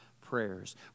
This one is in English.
prayers